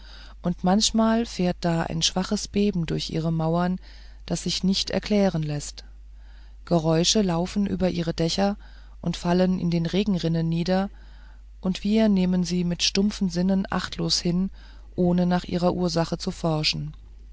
und manchmal fährt da ein schwaches beben durch ihre mauern das sich nicht erklären läßt geräusche laufen über ihre dächer und fallen in den regenrinnen nieder und wir nehmen sie mit stumpfen sinnen achtlos hin ohne nach ihrer ursache zu forschen